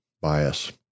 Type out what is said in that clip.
bias